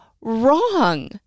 wrong